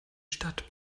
stadt